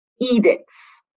edicts